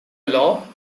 law